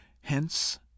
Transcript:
hence